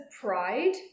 pride